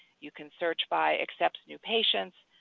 you can search by accepts new patients.